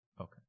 Okay